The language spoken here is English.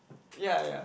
ya ya